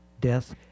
death